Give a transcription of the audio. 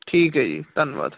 ਠੀਕ ਹੈ ਜੀ ਧੰਨਵਾਦ